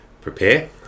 prepare